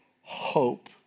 hope